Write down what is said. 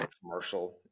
commercial